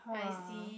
how ah